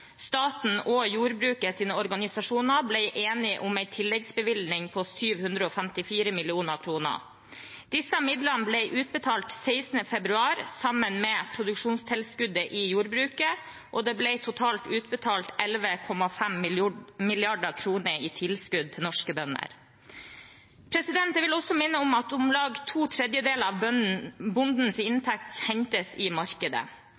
Staten og jordbrukets organisasjoner ble enige om en tilleggsbevilgning på 754 mill. kr. Disse midlene ble utbetalt 16. februar, sammen med produksjonstilskuddet i jordbruket, og det ble totalt utbetalt 11,5 mrd. kr i tilskudd til norske bønder. Jeg vil også minne om at om lag to tredjedeler av bondens inntekt hentes i markedet.